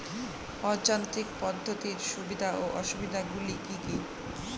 অযান্ত্রিক পদ্ধতির সুবিধা ও অসুবিধা গুলি কি কি?